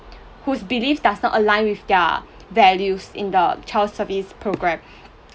whose belief does not align with their values in the child service programme